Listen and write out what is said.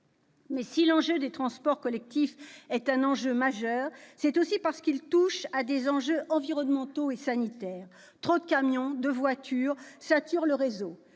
si l'enjeu des transports collectifs est un enjeu majeur, c'est aussi parce qu'il touche à des défis environnementaux et sanitaires. Trop de camions et de voitures saturent le réseau.